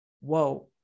Whoa